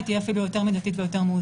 היא תהיה אפילו יותר מידתית ומאוזנת.